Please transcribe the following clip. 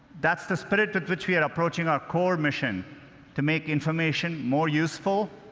that's the spirit with which we're approaching our core mission to make information more useful,